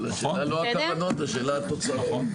אבל אלה לא הכוונות, השאלה על תוצאות.